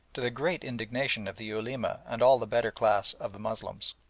to the great indignation of the ulema and all the better class of the moslems.